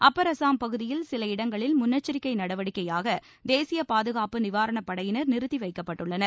அப்பர் அசாம் பகுதியில் சில இடங்களில் முன்னெச்சரிக்கை நடவடிக்கையாக தேசிய பாதுகாப்பு நிவாரணப்படையினர் நிறுத்தி வைக்கப்பட்டுள்ளனர்